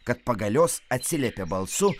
kad pagalios atsiliepė balsu